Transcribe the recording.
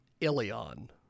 Ilion